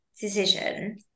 decision